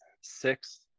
six